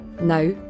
Now